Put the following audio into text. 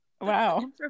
Wow